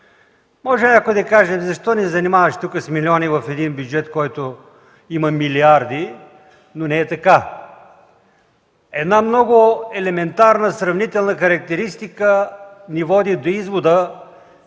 Може някой тук да каже: защо ни занимаваш с милиони в един бюджет, в който има милиарди, но не е така. Една много елементарна сравнителна характеристика ни води до извода,